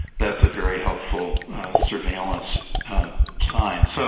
that's a very helpful surveillance sign. so,